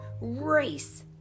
race